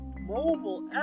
mobile